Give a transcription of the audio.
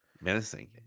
menacing